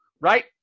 right